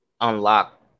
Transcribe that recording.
unlock